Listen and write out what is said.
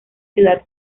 ciudad